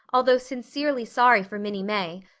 although sincerely sorry for minnie may,